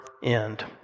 end